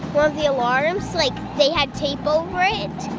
one of the alarms like, they had tape over it.